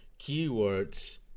keywords